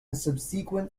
subsequent